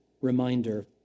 reminder